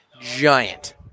giant